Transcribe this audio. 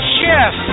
Chef